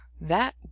That